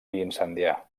incendiar